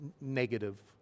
negative